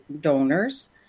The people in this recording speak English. donors